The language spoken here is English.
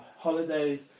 holidays